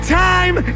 time